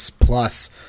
plus